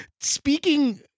speaking